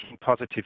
positive